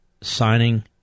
signing